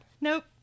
Nope